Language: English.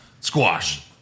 Squash